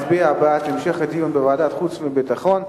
מצביע בעד המשך הדיון בוועדת החוץ והביטחון.